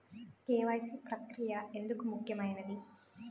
KYC ప్రక్రియ ఎందుకు ముఖ్యమైనది?